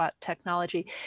technology